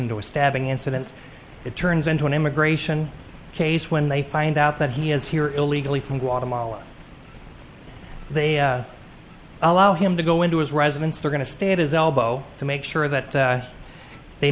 into a stabbing incident it turns into an immigration case when they find out that he is here illegally from guatemala they allow him to go into his residence they're going to stay at his elbow to make sure that they